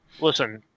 listen